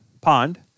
pond